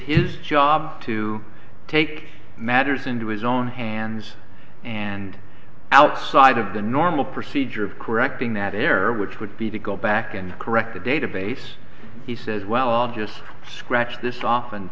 his job to take matters into his own hands and outside of the normal procedure of correcting that error which would be to go back and correct the database he says well just scratch this off and